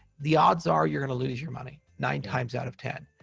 the odds are you're going to lose your money, nine times out of ten.